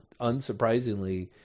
unsurprisingly